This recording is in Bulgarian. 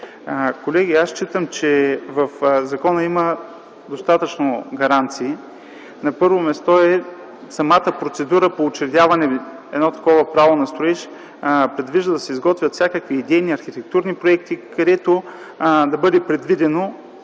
Колеги, аз считам, че в закона има достатъчно гаранции. На първо място е самата процедура по учредяване. Едно такова право на строеж предвижда да се изготвят всякакви идейни, архитектурни проекти, където да бъде предвидена